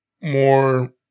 more